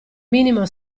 minimo